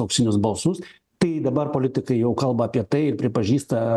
auksinius balsus tai dabar politikai jau kalba apie tai ir pripažįsta